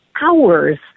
hours